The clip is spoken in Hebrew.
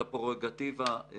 שיטת ההפחדה לא תעשה את זה נכון.